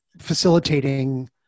facilitating